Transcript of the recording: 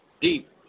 deep